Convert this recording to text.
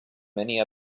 many